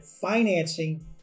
financing